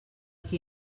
qui